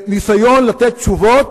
וניסיון לתת תשובות,